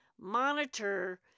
monitor